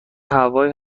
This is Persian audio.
هوایی